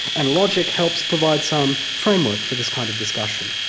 and logic helps provide some framework for this kind of discussion.